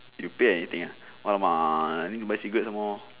you pay anything ah !alamak! need to buy cigarette some more